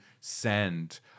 send